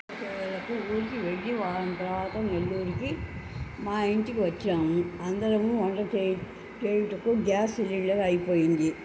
సెలవులకు ఊరికి వెళ్ళి వారం తరవాత నెల్లూరికి మా ఇంటికి వచ్చాము అందరము వంట చే చేయుటకు గ్యాస్ సిలిండర్ అయిపోయింది